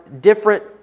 different